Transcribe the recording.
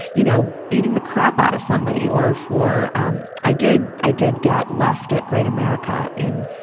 you know, beating the crap out of somebody or for, um i did, i did get left at great america in,